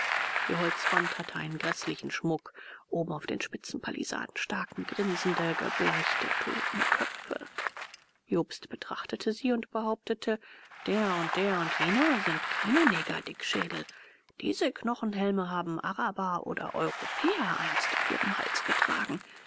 die holzwand hatte einen gräßlichen schmuck oben auf den spitzen pallisaden staken grinsende gebleichte totenköpfe jobst betrachtete sie und behauptete der und der und jener sind keine negerdickschädel diese knochenhelme haben araber oder europäer einst auf ihrem halse getragen